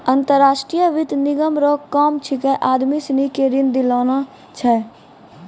अंतर्राष्ट्रीय वित्त निगम रो काम छिकै आदमी सनी के ऋण दिलाना छै